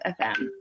FM